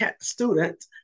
student